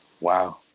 Wow